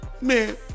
Man